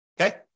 okay